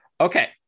Okay